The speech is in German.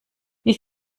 wie